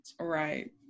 Right